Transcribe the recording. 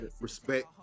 Respect